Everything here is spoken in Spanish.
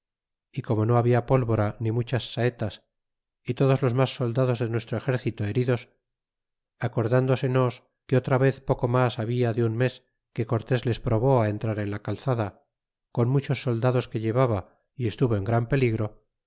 y como no habla pólvora ni muchas saetas y todos los mas soldados de nuestro exército heridos acordndosenos que otra vez poco mas habla de un mes que cortés les probó á entrar en la calzada con muchos soldados que llevaba y estuvo en gran peligro